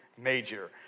major